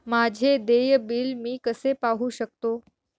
माझे देय बिल मी कसे पाहू शकतो?